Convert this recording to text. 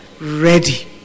ready